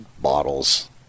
bottles